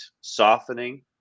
softening